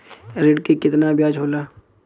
ऋण के कितना ब्याज होला?